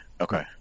okay